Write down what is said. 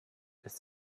ist